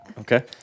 Okay